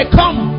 come